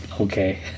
okay